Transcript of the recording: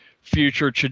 future